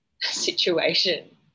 situation